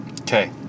Okay